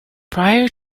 prior